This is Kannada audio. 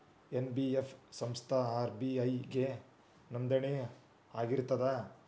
ಎನ್.ಬಿ.ಎಫ್ ಸಂಸ್ಥಾ ಆರ್.ಬಿ.ಐ ಗೆ ನೋಂದಣಿ ಆಗಿರ್ತದಾ?